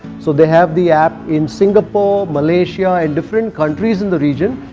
so they have the app in singapore, malaysia and different countries in the region.